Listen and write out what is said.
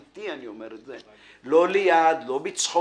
אני אומר את זה באופן אמיתי, לא ליד, לא בצחוק.